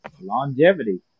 Longevity